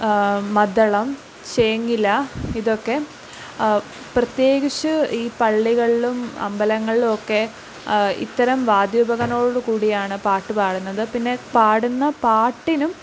മദ്ദളം ചേങ്ങില ഇതൊക്കെ പ്രത്യേകിച്ച് ഈ പള്ളികളിലും അമ്പലങ്ങളിലുമൊക്കെ ഇത്തരം വാദ്യോപകരണങ്ങളോട് കൂടിയാണ് പാട്ട് പാടുന്നത് പിന്നെ പാടുന്ന പാട്ടിനും